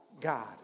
God